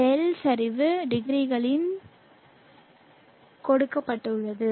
δ சரிவு டிகிரிகளில் கொடுக்கப்பட்டுள்ளது